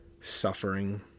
suffering